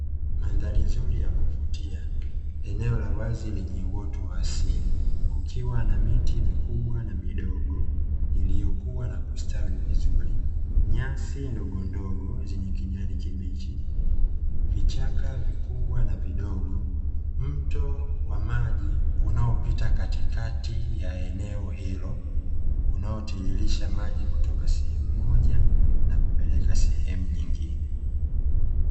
Mandhari nzuri ya kuvutia eneo la wazi lenye wote wa asili kukiwa na miti mikubwa na midogo iliyokuwa na kustawi vizuri, nyasi ndogondogo zenye kijani kimechi, vichaka vikubwa na vidogo, mto wa maji unaopita katikati ya eneo hilo unaotilisha maji kutoka sehemu moja na kupeleka sehemu nyingine.